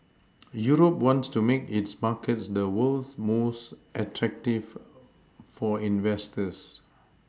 Europe wants to make its markets the world's most attractive for investors